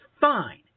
fine